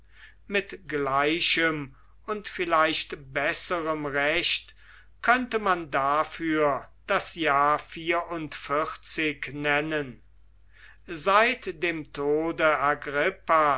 mit gleichem und vielleicht besserem recht könnte man dafür das jahr nennen seit dem tode